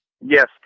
Yes